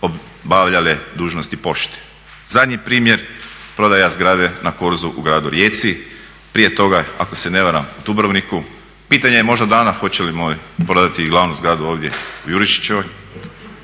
obavljale dužnosti pošte. Zadnji primjer prodaja zgrade na Korzu u gradu Rijeci, prije toga ako se ne varam u Dubrovniku. Pitanje je možda dana hoćemo li prodati i glavnu zgradu ovdje u Jurišićevoj.